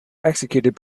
executed